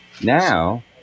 Now